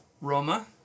Roma